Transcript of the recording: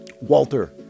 Walter